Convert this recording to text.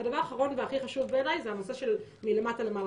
הדבר האחרון והכי חשוב בעיני זה הנושא של מלמטה למעלה,